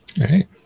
right